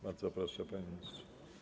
Bardzo proszę, panie ministrze.